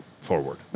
forward